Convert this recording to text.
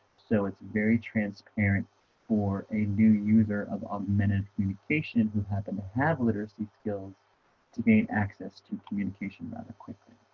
so it's very transparent for a new user of augmented communication who happen to have literacy skills to gain access to communication rather quickly